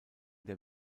der